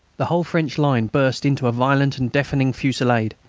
the whole french line burst into a violent and deafening fusillade.